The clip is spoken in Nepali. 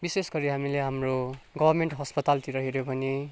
विशेष गरी हामीले हाम्रो गभर्मेन्ट अस्पतालतिर हेर्यौँ भने